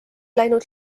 läinud